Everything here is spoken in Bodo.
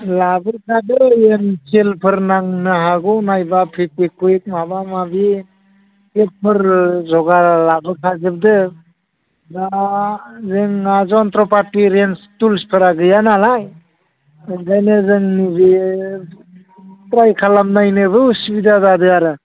लाबोखादो एमसिलफोर नांनो हागौ नायबा फेबिकुइक माबा माबि बेफोर जगार लाबोखाजोबदो दा जोंना जनत्र फाथि रेन्स थुल्सफोरा गैयानालाय ओंखायनो जों जे ट्राइ खालामनायनोबो असुबिदा जादों आरो